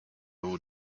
would